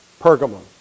Pergamum